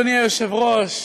אדוני היושב-ראש,